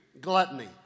gluttony